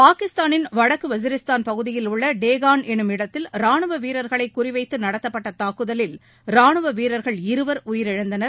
பாகிஸ்தானின் வடக்குவஜிரிஸ்தான் பகுதியில் உள்ளடேகான் என்னுமிடத்தில் ரானுவவீரர்களைகுறிவைத்துடத்தப்பட்டதாக்குதலில் ரானுவ் வீரர்கள் இருவர் உயிரிழந்தனர்